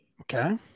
Okay